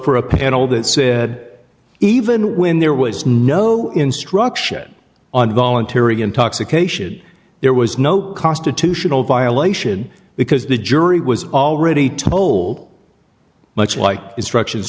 for a panel that said even when there was no instruction on voluntary intoxication there was no constitutional violation because the jury was already told much like instructions